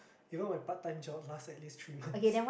even my part time job last at least three months